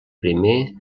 primer